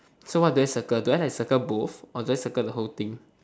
so what do I circle do I like circle both or do I circle the whole thing